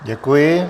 Děkuji.